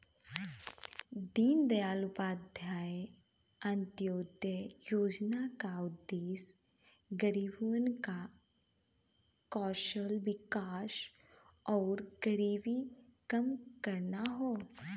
दीनदयाल उपाध्याय अंत्योदय योजना क उद्देश्य गरीबन क कौशल विकास आउर गरीबी कम करना हौ